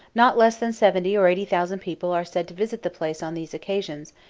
not less than seventy or eighty thousand people are said to visit the place on these occasions,